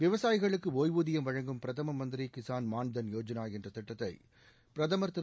விவசாயிகளுக்கு ஒய்வூதியம் வழங்கும் பிரதம மந்திரி கிஷான் மான்தன் யோஜனா என்ற திட்டத்தை பிரதமர் திரு